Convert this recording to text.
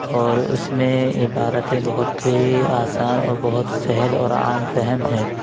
اور اس میں عبارتیں بہت ہی آسان اور بہت سہل اور عام فہم ہیں